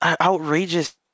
outrageous